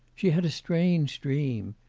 she had a strange dream.